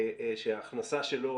זה ענף שההכנסה שלו,